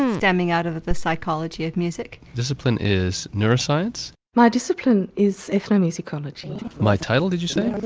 standing out of the psychology of music. discipline is neuroscience. my discipline is ethno-musicology. my title did you say?